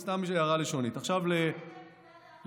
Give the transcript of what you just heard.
יש אלף פנים לתורה, ערוץ 14 הוא פלורליסטי, ודאי.